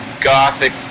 gothic